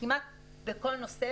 כמעט בכל נושא.